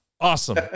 Awesome